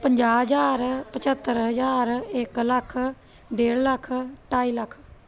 ਪੰਜਾਹ ਹਜ਼ਾਰ ਪਝੱਤਰ ਹਜ਼ਾਰ ਇੱਕ ਲੱਖ ਡੇਢ ਲੱਖ ਢਾਈ ਲੱਖ